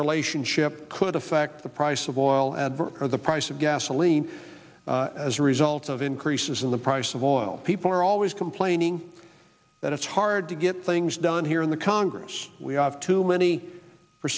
relationship could affect the price of oil add the price of gasoline as a result of increases in the price of oil people are always complaining that it's hard to get things done here in the congress we have too many